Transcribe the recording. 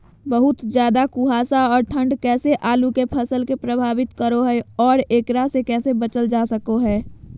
बहुत ज्यादा कुहासा और ठंड कैसे आलु के फसल के प्रभावित करो है और एकरा से कैसे बचल जा सको है?